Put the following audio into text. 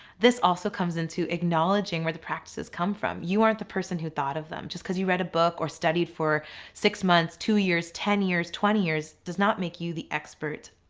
this also comes into acknowledging where the practices come from. you aren't the person who thought of them. just because you read a book or studied for six months, two years, ten years, twenty years, does not make you the expert,